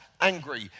angry